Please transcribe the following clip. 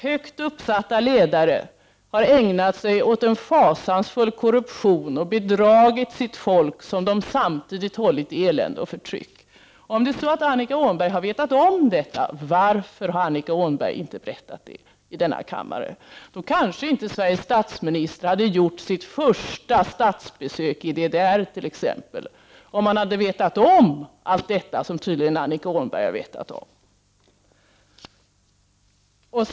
Högt uppsatta ledare har ägnat sig åt en fasansfull korruption och bedragit sitt folk, som de samtidigt hållit i elände och förtryck. Om Annika Åhnberg har vetat om detta, varför har Annika Åhnberg då inte berättat det i denna kammare? Sveriges statsminister hade kanske t.ex. inte gjort sitt första statsbesök i DDR, om han hade fått veta allt detta som tydligen Annika Åhnberg har känt till.